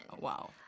Wow